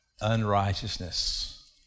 unrighteousness